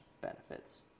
benefits